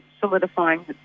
solidifying